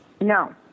No